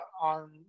on